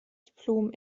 diplom